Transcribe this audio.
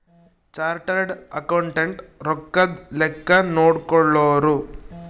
chartered accountant ರೊಕ್ಕದ್ ಲೆಕ್ಕ ನೋಡ್ಕೊಳೋರು